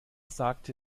sagte